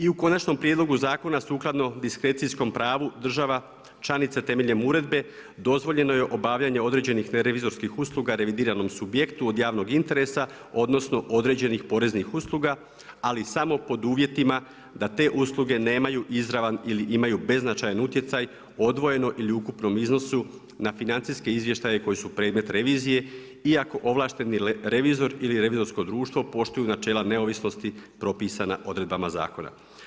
I u konačnom prijedlogu zakona sukladno diskrecijskom pravu država članica temeljem uredbe dozvoljeno je obavljanje određenih ne revizorskih usluga revidiranom subjektu od javnog interesa odnosno određenih poreznih usluga, ali samo pod uvjetima da te usluge nemaju izravan ili imaju beznačajan utjecaj odvojenom ili ukupnom iznosu na financijske izvještaje koji su predmet revizije iako ovlašteni revizor ili revizorsko društvo poštuju načela neovisnosti propisana odredbama zakona.